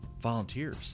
volunteers